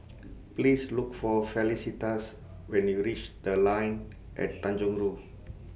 Please Look For Felicitas when YOU REACH The Line At Tanjong Rhu